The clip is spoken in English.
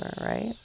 right